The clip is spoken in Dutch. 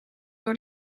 door